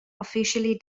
officially